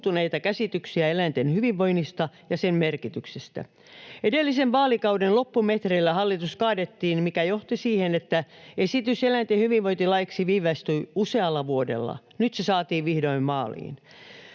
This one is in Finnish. käsityksiä eläinten hyvinvoinnista ja sen merkityksestä. Edellisen vaalikauden loppumetreillä hallitus kaadettiin, mikä johti siihen, että esitys eläinten hyvinvointilaiksi viivästyi usealla vuodella. Nyt se saatiin vihdoin maaliin.